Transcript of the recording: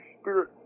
Spirit